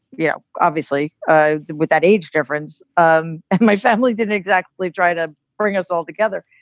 you know, obviously ah with that age difference, um and my family didn't exactly try to bring us all together.